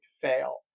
fail